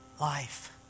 life